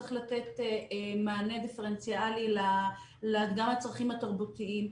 שצריך לתת מענה דיפרנציאלי לצרכים התרבותיים.